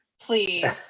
please